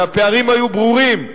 והפערים היו ברורים.